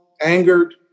angered